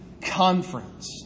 conference